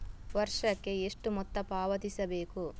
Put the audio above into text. ವರ್ಷಕ್ಕೆ ಎಷ್ಟು ಮೊತ್ತ ಪಾವತಿಸಬೇಕು?